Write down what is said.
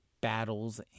battles